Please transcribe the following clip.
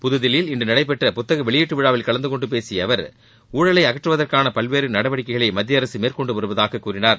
புதுதில்லியில் இன்று நடைபெற்ற புத்தக வெளியீட்டு விழாவில் கலந்து கொண்டு பேசிய அவர் ஊழலை அகற்றுவதற்கான பல்வேறு நடவடிக்கைகளை மத்திய அரசு மேற்கொண்டு வருவதாக கூறினார்